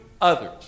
others